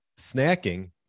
snacking